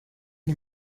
die